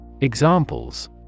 Examples